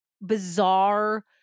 bizarre